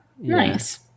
nice